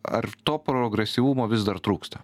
ar to progresyvumo vis dar trūksta